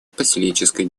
поселенческой